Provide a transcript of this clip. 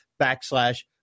backslash